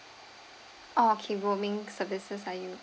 okay roaming services are you